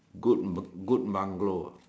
good good bungalow